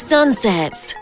Sunsets